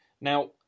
Now